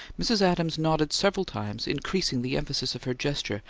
mrs. adams nodded several times, increasing the emphasis of her gesture,